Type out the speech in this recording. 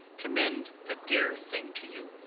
commend a dear thing to you.